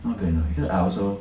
not bad because I also